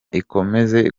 ikomeze